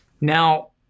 Now